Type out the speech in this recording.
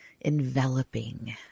enveloping